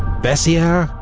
bessieres.